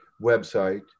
website